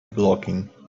blocking